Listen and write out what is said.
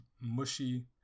mushy